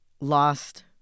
lost